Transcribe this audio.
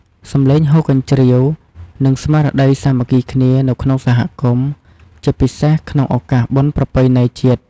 សំឡេងហ៊ោកញ្ជ្រៀវ និងស្មារតីសាមគ្គីគ្នានៅក្នុងសហគមន៍ ជាពិសេសក្នុងឱកាសបុណ្យប្រពៃណីជាតិ។